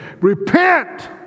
repent